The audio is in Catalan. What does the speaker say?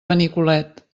benicolet